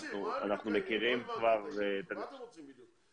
אנחנו מכירים כבר --- מה אתם רוצים בדיוק?